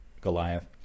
Goliath